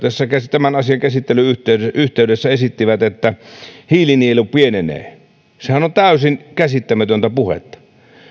tämän asian käsittelyn yhteydessä yhteydessä esittivät että hiilinielu pienenee sehän on täysin käsittämätöntä puhetta